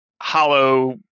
hollow